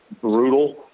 brutal